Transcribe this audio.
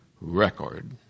record